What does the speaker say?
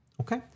Okay